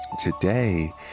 today